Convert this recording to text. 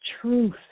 truth